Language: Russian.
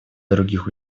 других